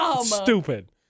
Stupid